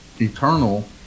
eternal